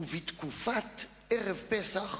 ובתקופת ערב פסח